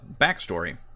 backstory